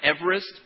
Everest